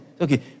Okay